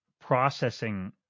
processing